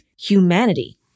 humanity